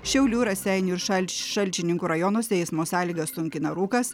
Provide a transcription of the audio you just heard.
šiaulių raseinių ir šalč šalčininkų rajonuose eismo sąlygas sunkina rūkas